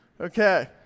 Okay